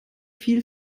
viel